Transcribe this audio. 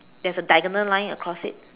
there's a diagonal line across it